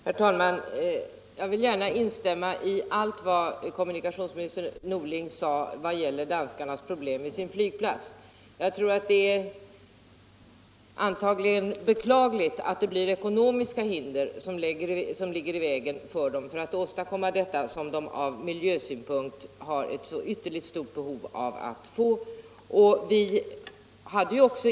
Herr talman! Jag vill gärna instämma i allt vad kommunikationsminister Norling sade om danskarnas problem med sin storflygplats. Det är beklagligt att det antagligen är ekonomiska förhållanden som lägger hinder i vägen för åstadkommandet av en sådan, som danskarna från miljösynpunkt har ytterligt stort behov av att få.